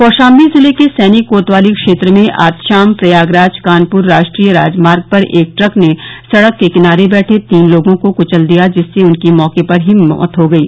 कौशाम्बी जिले के सैनी कोतवाली क्षेत्र में आज शाम प्रयागराज कानपुर राष्ट्रीय राजमार्ग पर एक ट्रक ने सड़क के किनारे बैठे तीन लोगों को कुचल दिया जिससे उनकी मौके पर ही मौत हो गयी